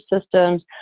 systems